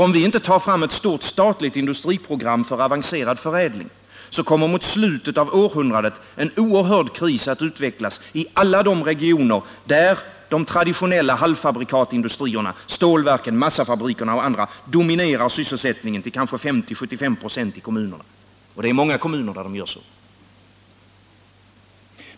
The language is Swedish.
Om vi inte tar fram ett stort statligt industriprogram för avancerad förädling kommer nämligen mot slutet av århundradet en oerhörd kris att utvecklas i alla de regioner där de traditionella halvfabrikatindustrierna, stålverken, massafabrikerna och andra dominerar sysselsättningen till kanske 50-75 96 i kommunerna — och det är många kommuner det gäller.